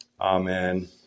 Amen